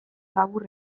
labur